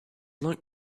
like